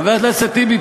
חבר הכנסת טיבי,